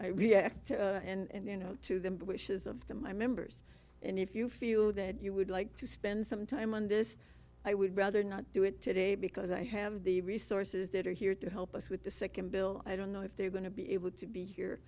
react and you know to the wishes of my members and if you feel that you would like to spend some time on this i would rather not do it today because i have the resources that are here to help us with the second bill i don't know if they're going to be able to be here